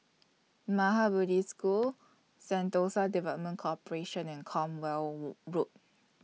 Maha Bodhi School Sentosa Development Corporation and Cornwall Road